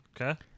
Okay